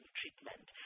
treatment